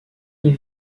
est